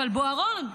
אבל בוארון,